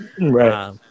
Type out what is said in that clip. Right